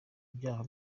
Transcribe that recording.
ibyaha